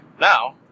Now